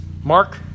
Mark